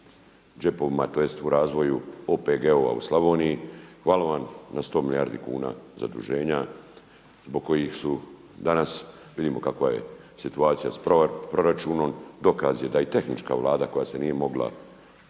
džepovima, tj. u razvoju OPG-ova u Slavoniji. Hvala vam na 100 milijardi kuna zaduženja zbog kojih su danas, vidimo kakva je situacija s proračunom. Dokaz je da i tehnička Vlada koja se nije mogla,